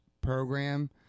program